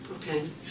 Okay